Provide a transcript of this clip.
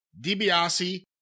DiBiase